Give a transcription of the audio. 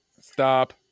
Stop